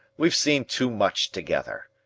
we've seen too much together.